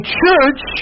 church